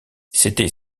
c’était